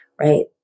right